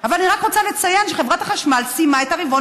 אבל אני רק רוצה לציין שחברת החשמל סיימה את הרבעון